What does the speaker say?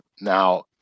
Now